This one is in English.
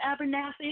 Abernathy